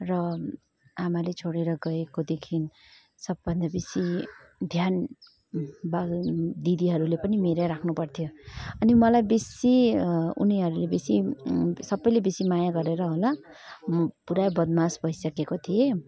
र आमाले छोडेर गएकोदेखिन् सबभन्दा बेसी ध्यान बा दिदीहरूले पनि मेरै राख्नु पर्थ्यो अनि मलाई बेसी उनीहरूले बेसी सबैले बेसी माया गरेर होला म पुरा बदमास भइसकेको थिएँ